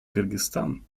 кыргызстан